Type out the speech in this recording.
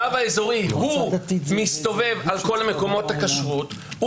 הרב האזורי הוא מסתובב על כל מקומות הכשרות,